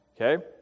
okay